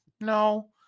No